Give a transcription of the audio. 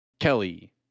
Kelly